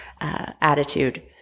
attitude